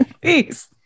Peace